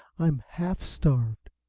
i'm half starved.